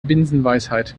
binsenweisheit